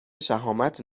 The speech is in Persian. شهامت